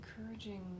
encouraging